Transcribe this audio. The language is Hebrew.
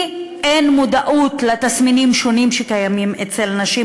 כי אין מודעות לתסמינים שונים שקיימים אצל נשים,